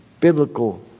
biblical